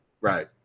Right